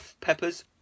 Peppers